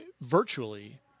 virtually